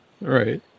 right